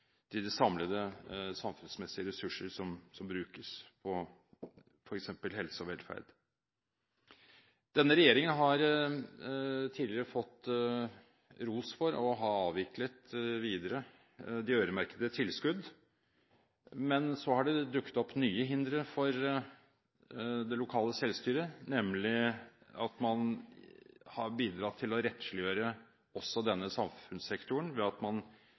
å prioritere de samlede samfunnsmessige ressurser som brukes på f.eks. helse og velferd. Denne regjeringen har tidligere fått ros for å ha avviklet videre de øremerkede tilskuddene. Men så har det dukket opp nye hindre for det lokale selvstyret, nemlig at man har bidratt til å rettsliggjøre også denne samfunnssektoren ved at man